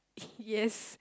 yes